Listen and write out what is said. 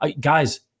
guys